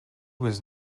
was